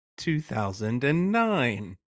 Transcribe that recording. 2009